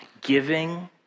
giving